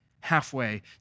halfway